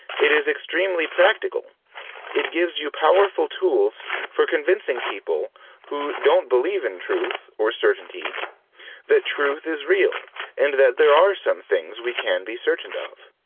it is extremely practical it gives you powerful tools for convincing people who don't believe in truth or certainty that truth is real and that there are some things we can be certain and of.